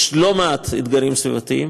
יש לא מעט אתגרים סביבתיים,